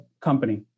company